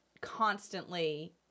constantly